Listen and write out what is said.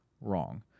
Wrong